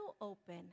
open